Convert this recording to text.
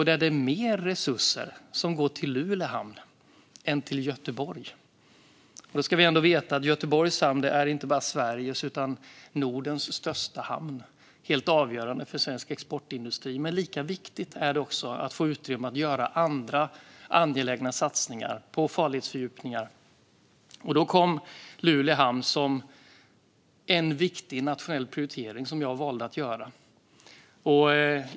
Det är mer resurser som går till Luleå hamn än till Göteborg, och då ska vi veta att Göteborg är inte bara Sveriges utan Nordens största hamn och helt avgörande för svensk exportindustri. Men det är lika viktigt att få utrymme att göra andra angelägna satsningar på farledsfördjupningar, och då blev Luleå hamn en viktig nationell prioritering som jag valde att göra.